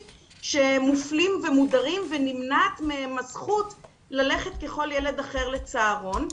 שמופלים ומודרים ונמנעת מהם הזכות ללכת ככול ילד אחר לצהרון.